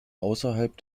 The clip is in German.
außerhalb